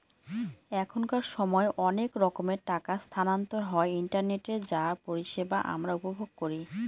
এখনকার সময় অনেক রকমের টাকা স্থানান্তর হয় ইন্টারনেটে যার পরিষেবা আমরা উপভোগ করি